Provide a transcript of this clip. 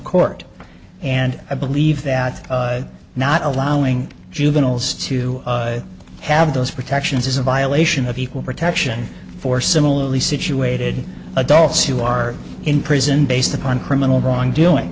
court and i believe that not allowing juveniles to have those protections is a violation of equal protection for similarly situated adults who are in prison based upon criminal wrongdoing